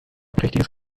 prächtiges